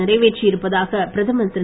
நிறைவேற்றி இருப்பதாக பிரதமர் திரு